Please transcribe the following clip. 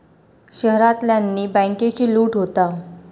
शहरांतल्यानी बॅन्केची लूट होता